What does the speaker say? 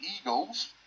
eagles